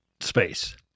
space